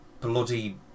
bloody